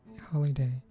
holiday